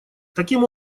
таким